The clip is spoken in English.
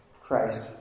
Christ